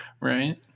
Right